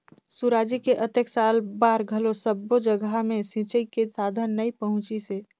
सुराजी के अतेक साल बार घलो सब्बो जघा मे सिंचई के साधन नइ पहुंचिसे